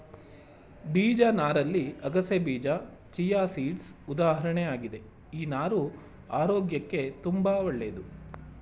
ಬೀಜ ನಾರಲ್ಲಿ ಅಗಸೆಬೀಜ ಚಿಯಾಸೀಡ್ಸ್ ಉದಾಹರಣೆ ಆಗಿದೆ ಈ ನಾರು ಆರೋಗ್ಯಕ್ಕೆ ತುಂಬಾ ಒಳ್ಳೇದು